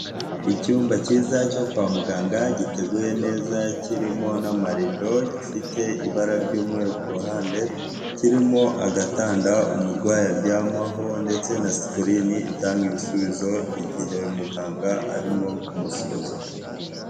Icyumba cyiza cyo kwa muganga giteguye neza kirimo n'amarido gifite ibara ry'umweru ku ruhande, kirimo agatanda umurwayi aryamaho ndetse na sikirini itanga ibisubizo igihe muganga arimo kumusuzuma.